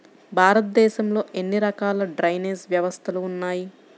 భారతదేశంలో ఎన్ని రకాల డ్రైనేజ్ వ్యవస్థలు ఉన్నాయి?